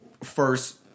first